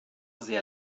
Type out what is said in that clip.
sehr